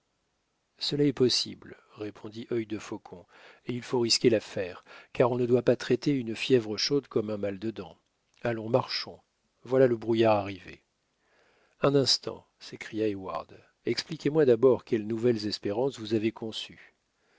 cela est possible répondit œil de faucon et il faut risquer l'affaire car on ne doit pas traiter une fièvre chaude comme un mal de dents allons marchons voilà le brouillard arrivé un instant s'écria heyward expliquez-moi d'abord quelles nouvelles espérances vous avez conçues